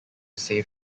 save